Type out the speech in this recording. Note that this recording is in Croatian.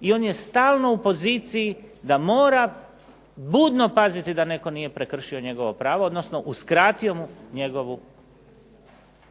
i on je stalno u poziciji da mora budno paziti da netko nije prekršio njegovo pravo, odnosno uskratio mu